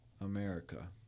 America